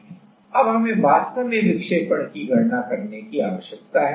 अब हमें वास्तव में विक्षेपण की गणना करने की आवश्यकता है